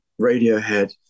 Radiohead